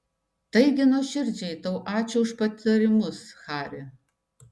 taigi nuoširdžiai tau ačiū už patarimus hari